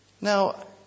Now